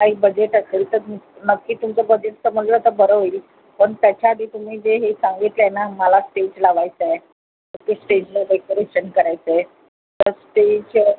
काही बजेट असेल तर नक्की तुमचं बजेट समजलं तर बरं होईल पण त्याच्या आधी तुम्ही जे हे सांगितलं आहे ना मला स्टेज लावायचं आहे ते स्टेजला डेकोरेशन करायचं आहे तर स्टेज